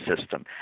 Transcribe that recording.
system